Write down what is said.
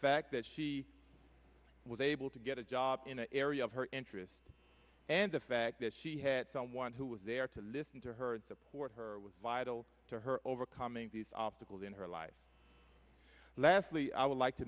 fact that she was able to get a job in an area of her interest and the fact that she had someone who was there to listen to her and support her it was vital to her overcoming these obstacles in her life lastly i would like to